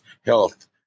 Health